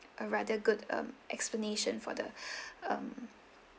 a rather good um explanation for the um